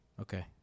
Okay